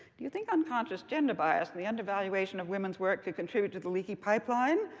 do you think unconscious gender bias and the undervaluation of women's work could contribute to the leaky pipeline?